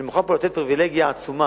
אני מוכן פה לתת פריווילגיה עצומה